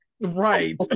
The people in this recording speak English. right